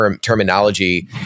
terminology